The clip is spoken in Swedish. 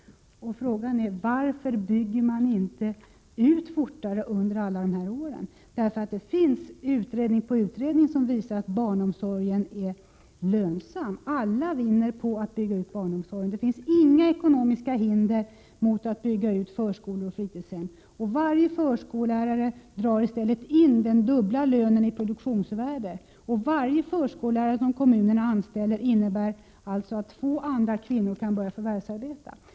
Och varför bygger man inte ut i snabbare takt under alla de här åren? Utredning efter utredning visar ju att barnomsorgen är lönsam. Alla vinner på att denna byggs ut. Det finns inga ekonomiska hinder när det gäller att bygga ut förskolor och fritidshem. Varje förskollärare medverkar i stället till dubbel lön i produktionsvärde. Varje förskollärare som en kommun anställer medverkar ju till att två andra kvinnor kan börja förvärvsarbeta.